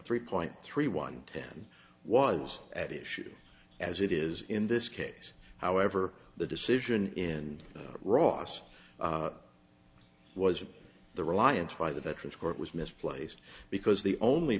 three point three one ten was at issue as it is in this case however the decision and ross was it the reliance by the veterans court was misplaced because the only